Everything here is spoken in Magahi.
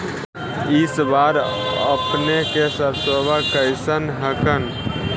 इस बार अपने के सरसोबा कैसन हकन?